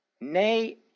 nay